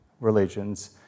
religions